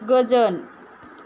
गोजोन